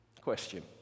Question